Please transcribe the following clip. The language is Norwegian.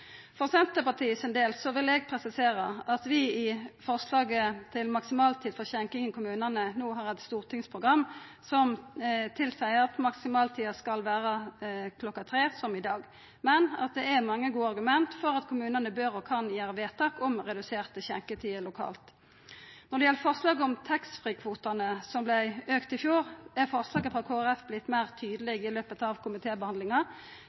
For Senterpartiet sin del vil eg presisera at når det gjeld forslaget om maksimaltid for skjenking i kommunane, har vi eit stortingsprogram som tilseier at maksimalstida skal vera kl. 03, som i dag, men at det er mange gode argument for at kommunane bør og kan gjera vedtak om reduserte skjenkjetider lokalt. Når det gjeld forslaget om taxfree-kvotane, som vart auka i fjor, har forslaget frå Kristeleg Folkeparti vorte meir tydeleg i løpet av